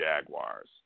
Jaguars